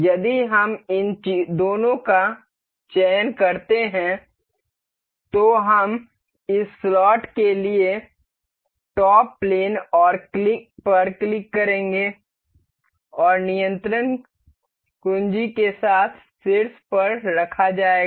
यदि हम इन दोनों का चयन करते हैं तो हम इस स्लॉट के लिए टॉप प्लेन पर क्लिक करेंगे और नियंत्रण कुंजी के साथ शीर्ष पर रखा जाएगा